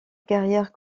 carrière